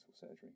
surgery